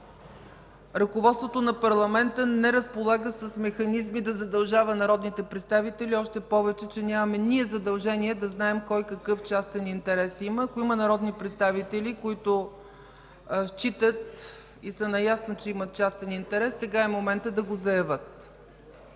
Ръководството на парламента не разполага с механизми да задължава народните представители, още повече че ние нямаме задължение да знаем кой какъв частен интерес има. Ако има народни представители, които считат и са наясно, че имат частен интерес, сега е моментът да го заявят.